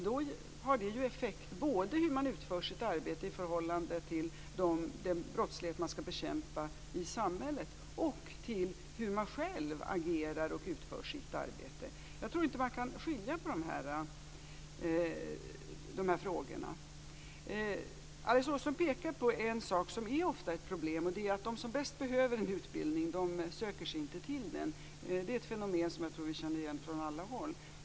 Då har det ju effekt både på hur man utför sitt arbete i förhållande till den brottslighet man skall bekämpa i samhället och på hur man själv agerar och utför sitt arbete. Jag tror inte att man kan skilja på de här frågorna. Alice Åström pekar på en sak som ofta är ett problem. Det är att de som bäst behöver en utbildning inte söker sig till den. Det är ett fenomen som jag tror att vi känner igen från alla håll.